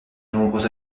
nombreux